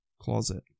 closet